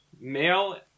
Male